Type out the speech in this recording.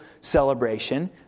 celebration